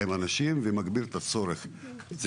נוסף עם אנשים ומגביר את הצורך באבטחה.